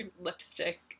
lipstick